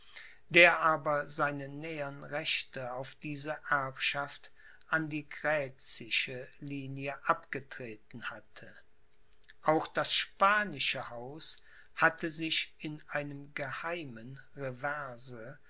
der aber seine nähern rechte auf diese erbschaft an die grätzische linie abgetreten hatte auch das spanische haus hatte sich in einem geheimen